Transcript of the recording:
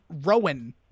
Rowan